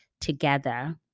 together